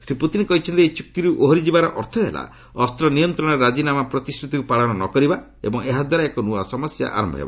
Shri Putin କହିଛନ୍ତି ଏହି ଚୁକ୍ତିରୁ ଓହରି ଯିବାର ଅର୍ଥ ହେଲା ଅସ୍ତ ନିୟନ୍ତ୍ରଣ ରାଜିନାମା ପ୍ରତିଶ୍ରତିକୁ ପାଳନ ନ କରିବା ଏବଂ ଏହାଦ୍ୱାରା ଏକ ନୂଆ ସମସ୍ୟା ଆରମ୍ଭ ହେବ